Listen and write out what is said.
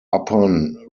upon